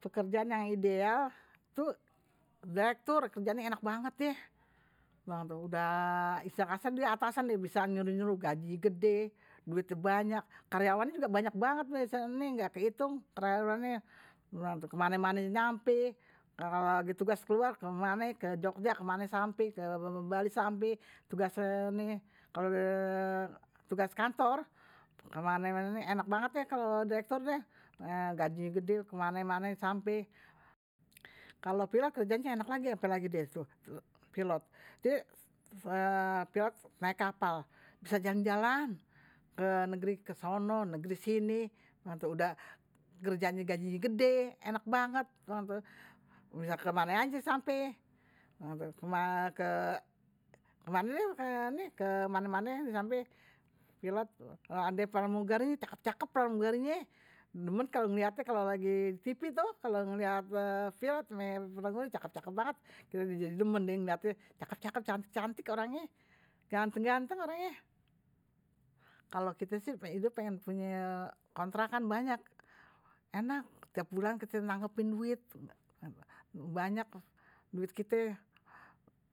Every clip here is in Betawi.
Pekerjaan yang ideal tuh direktur istilah kasar die atasan kerjaannye enak banget die gajinye gede, duitnye banyek. karyawannye juga banyak die ga kehitung, ke mane-mane ini sampe. kalo lagi tugas keluar ke jogya sampe ke bali sampe kalau pilot, kerjaannya enak lagi, apalagi deh pilot. Jadi pilot naik kapal, bisa jalan-jalan ke negri kesono, negri sini. Sudah kerjaannya gaji gede, enak banget. Bisa ke mana aja sampe, ke mana-mana ini sampe. Pilot, ade pramugarinye, cakep-cakep pramugarinye. Demen kalau ngeliatnya, kalau lagi tipi tuh, kalau ngeliat pilot, main pramugarinye, cakep-cakep banget. Kite jadi demen deh ngeliatnya, cakep-cakep, cantik-cantik orangnya. Ganteng-ganteng orangnya. Kalau kite sih, udah pengen punya kontra kan banyak. Enak, setiap bulan kite nanggepin duit, banyak duit kite.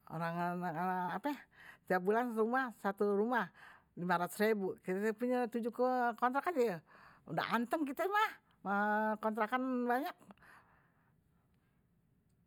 Orang-orang, setiap bulan satu rumah, lima ratus ribu. Kite punya tujuh kontrak aja. Udah anteng kite. punya kontrakan banyak.